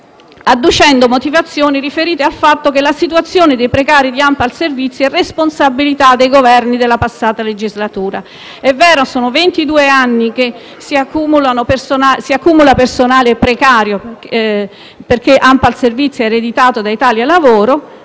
adducendo motivazioni riferite al fatto che la situazione dei precari di ANPAL Servizi è responsabilità dei Governi della passata legislatura. È vero che sono ventidue anni che si accumula personale precario, avendolo ANPAL Servizi ereditato da Italia Lavoro,